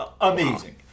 Amazing